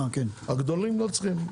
הגדולים לא צריכים,